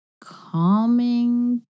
calming